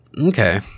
Okay